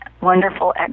wonderful